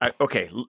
Okay